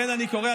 המפלגה שלך.